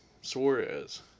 Suarez